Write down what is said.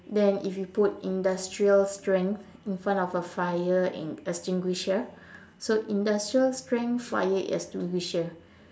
then if you put industrial strength in front of a fire e~ extinguisher so industrial strength fire extinguisher